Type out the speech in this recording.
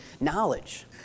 knowledge